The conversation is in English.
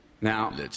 Now